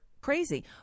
crazy